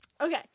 Okay